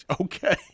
Okay